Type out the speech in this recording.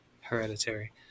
Hereditary